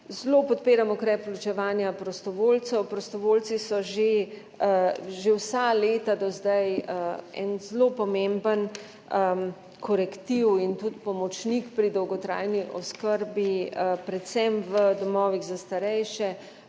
Zelo podpiram ukrep vključevanja prostovoljcev. Prostovoljci so že vsa leta do zdaj en zelo pomemben korektiv in tudi pomočnik pri dolgotrajni oskrbi, predvsem v domovih za starejše,